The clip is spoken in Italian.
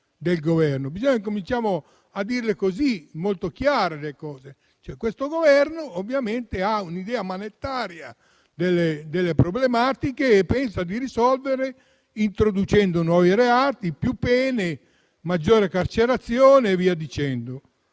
incominciamo a dire le cose molto chiaramente. Questo Governo ha un'idea "manettaria" delle problematiche e pensa di risolverle introducendo nuovi reati, pene più severe, maggiore carcerazione e via dicendo.